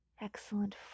excellent